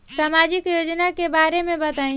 सामाजिक योजना के बारे में बताईं?